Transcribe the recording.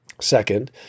Second